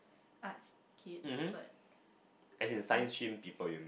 arts kids but